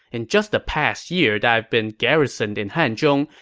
in just the past year that i've been garrisoned in hanzhong,